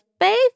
faith